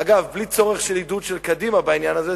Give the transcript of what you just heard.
ואגב, בלי צורך בעידוד של קדימה בעניין הזה.